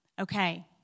Okay